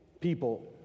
people